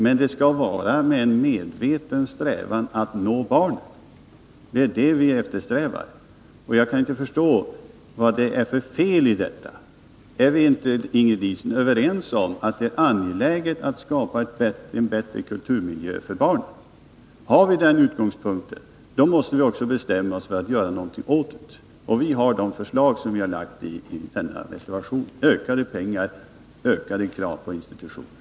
Men det skall vara en medveten inriktning på att nå barnen — det är det vi eftersträvar. Jag kan inte förstå vad det är för fel i detta. Är vi inte, Ingrid Diesen, överens om att det är angeläget att skapa en bättre kulturmiljö för barnen? Har vi den utgångspunkten, då måste vi också bestämma oss för att göra någonting åt det. Och vi har lagt fram förslag i reservationen — de innebär ökade anslag men också ökade krav på institutionerna.